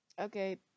Okay